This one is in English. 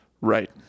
right